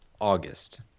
August